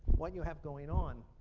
what you have going on